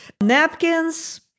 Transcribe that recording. napkins